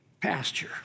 pasture